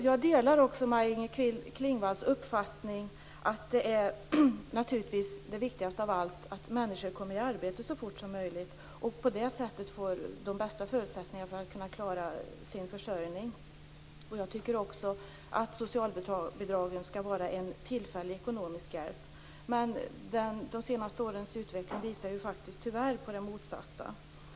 Jag delar Maj-Inger Klingvalls uppfattning att det viktigaste av allt är att människor kommer i arbete så fort som möjligt och på det sättet får de bästa förutsättningarna att klara sin försörjning. Jag tycker också att socialbidragen skall vara en tillfällig ekonomisk hjälp. Men de senaste årens utveckling visar ju tyvärr på det motsatta.